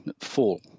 fall